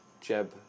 jeb